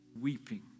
Weeping